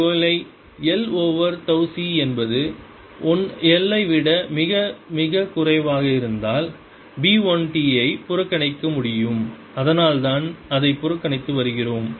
ஒருவேளை l over tau C என்பது 1 ஐ விட மிக மிகக் குறைவாக இருந்தால் B 1 t ஐ புறக்கணிக்க முடியும் அதனால்தான் அதை புறக்கணித்து வருகிறோம்